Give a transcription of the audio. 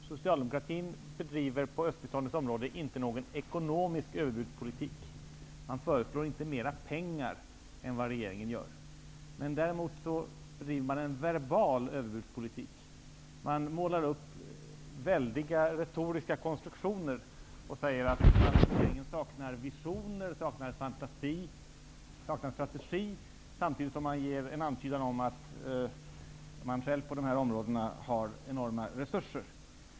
Fru talman! Socialdemokraterna bedriver på östbiståndets område inte någon ekonomisk överbudspolitik. Man föreslår inte att mer pengar skall läggas ned än vad regeringen gör. Däremot bedriver man en verbal överbudspolitik. Man målar upp väldiga retoriska konstruktioner och säger att regeringen saknar visioner, fantasi och strategi samtidigt som man gör en antydan om att man själv på dessa områden har enorma resurser.